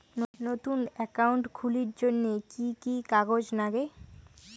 নতুন একাউন্ট খুলির জন্যে কি কি কাগজ নাগে?